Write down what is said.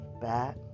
Back